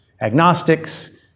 agnostics